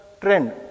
trend